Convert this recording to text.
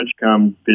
come